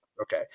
Okay